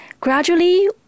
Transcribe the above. Gradually